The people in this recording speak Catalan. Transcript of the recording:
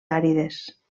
àrides